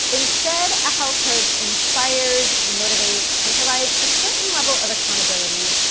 instead, a health coach inspires, motivates and provides a certain level of accountability.